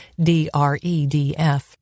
DREDF